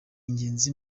ingenzi